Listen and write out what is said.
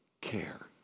care